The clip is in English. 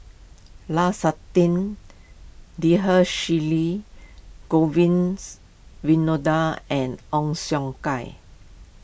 Lu Suitin Dhershini Govins Winodan and Ong Siong Kai